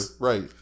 Right